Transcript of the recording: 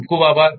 ખુબ ખુબ આભાર